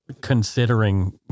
considering